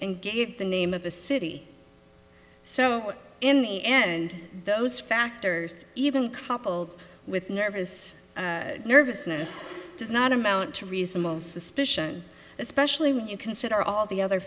and gave the name of the city so in the end those factors even coupled with nervous nervousness does not amount to reasonable suspicion especially when you consider all the other